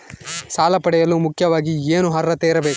ಸಾಲ ಪಡೆಯಲು ಮುಖ್ಯವಾಗಿ ಏನು ಅರ್ಹತೆ ಇರಬೇಕು?